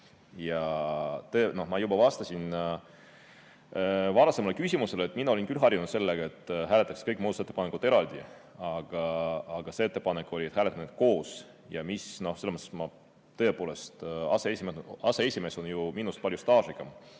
Ma juba vastasin varasemale küsimusele, et mina olin küll harjunud sellega, et hääletatakse kõiki muudatusettepanekuid eraldi, aga ettepanek oli hääletada neid koos, ja selles mõttes, tõepoolest, aseesimees on ju minust palju staažikam.